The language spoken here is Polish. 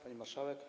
Pani Marszałek!